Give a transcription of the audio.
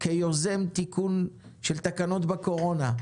כיוזם תיקון של תקנות בקורונה,